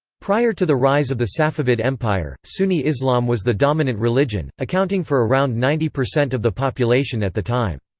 prior to the rise of the safavid empire, sunni islam was the dominant religion, accounting for around ninety percent of the population at the time.